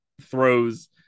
throws